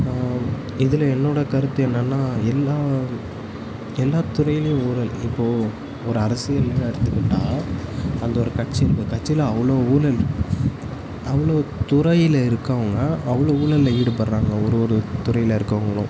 இதில் என்னோடய் கருத்து என்னான்னால் எல்லா எல்லா துறையிலையும் ஊழல் இப்போது ஒரு அரசியல்ன்னு எடுத்துக்கிட்டால் அந்த ஒரு கட்சி இருக்குது கட்சியில் அவ்வளோ ஊழல் இருக்குது அவ்வளோ துறையில் இருக்கறவுங்க அவ்வளோ ஊழல்ல ஈடுபடுறாங்க ஒரு ஒரு துறையில் இருக்கறவங்களும்